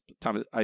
Thomas